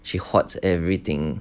she hoards everything